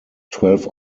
twelve